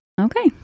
Okay